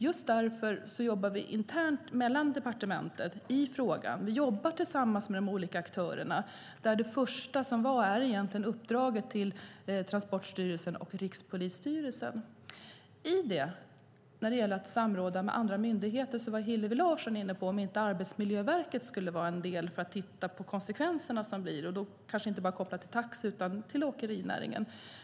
Just därför jobbar vi internt mellan departementen med frågan. Vi jobbar tillsammans med de olika aktörerna. Det första var egentligen uppdraget till Transportstyrelsen och Rikspolisstyrelsen. När det gäller att samråda med andra myndigheter var Hillevi Larsson inne på frågan om inte Arbetsmiljöverket skulle kunna vara en del när det gäller att titta på konsekvenserna - då kanske inte kopplat bara till taxibranschen utan också till åkerinäringen.